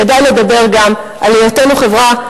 כדאי לדבר גם על היותנו חברה,